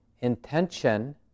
intention